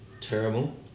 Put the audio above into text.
Terrible